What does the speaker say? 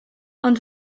ond